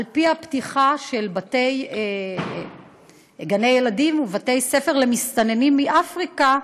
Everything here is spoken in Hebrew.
על-פי הפתיחה של גני-ילדים ובתי-ספר למסתננים מאפריקה,